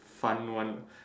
fun one